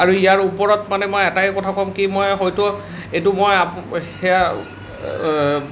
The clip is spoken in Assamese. আৰু ইয়াৰ ওপৰত মানে মই এটাই কথা ক'ম কি মই হয়তু এইটো মই আপো সেইয়া